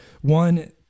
one